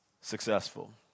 successful